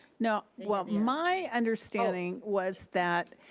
no, well, my understanding was that